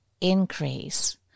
increase